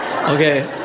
Okay